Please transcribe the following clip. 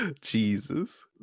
Jesus